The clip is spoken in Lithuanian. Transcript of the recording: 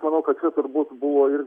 manau kad turbūt buvo ir